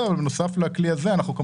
אנחנו,